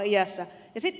mutta ed